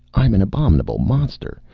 i'm an abominable monster.